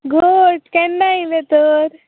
घट केन्ना येयले तर